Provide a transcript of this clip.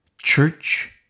church